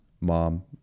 mom